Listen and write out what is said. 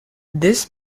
this